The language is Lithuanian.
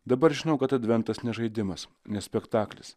dabar žinau kad adventas ne žaidimas ne spektaklis